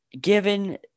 Given